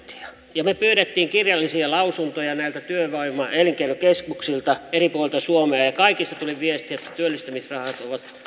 me pyysimme kirjallisia lausuntoja työvoima ja elinkeinokeskuksilta eri puolilta suomea ja ja kaikista tuli viesti että työllistämisrahat ovat